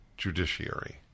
Judiciary